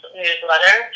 newsletter